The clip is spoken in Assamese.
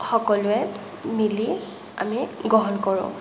সকলোৱে মিলি আমি গ্ৰহণ কৰোঁ